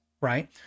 right